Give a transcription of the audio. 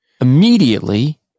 immediately